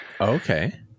Okay